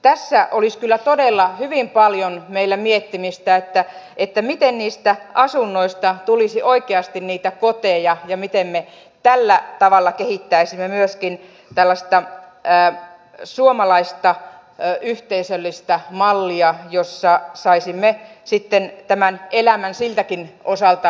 tässä olisi kyllä todella hyvin paljon meillä miettimistä miten asunnoista tulisi oikeasti koteja ja miten me tällä tavalla kehittäisimme myöskin suomalaista yhteisöllistä mallia jossa saisimme sitten elämän siltäkin osalta lutviutumaan paremmin